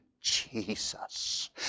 Jesus